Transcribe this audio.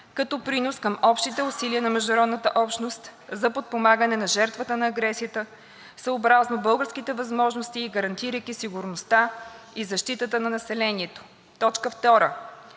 като принос към общите усилия на международната общност за подпомагане на жертвата на агресията съобразно българските възможности и гарантирайки сигурността и защитата на населението. 2.